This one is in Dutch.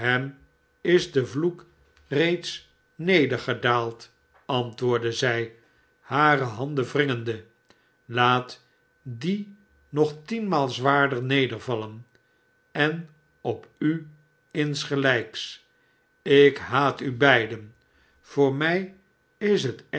is de vloek reeds nedergedaald antwoordde zij hare handen wringende laat die nog tienmaal zwaarder nedervallen en op u msgelijks ik haat u beiden voor mij is het